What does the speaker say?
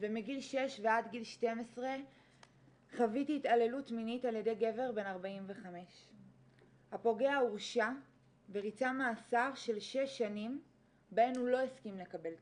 ומגיל 6 ועד גיל 12 חוויתי התעללות מינית על ידי גבר בן 45. הפוגע הורשע וריצה מאסר של 6 שנים בהן לא הסכים לקבל טיפול.